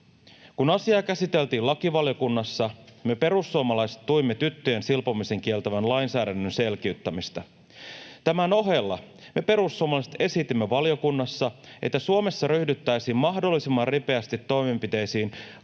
Kun asiaa käsiteltiin lakivaliokunnassa, me perussuomalaiset tuimme tyttöjen silpomisen kieltävän lainsäädännön selkiyttämistä. Tämän ohella me perussuomalaiset esitimme valiokunnassa, että Suomessa ryhdyttäisiin mahdollisimman ripeästi toimenpiteisiin